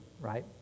right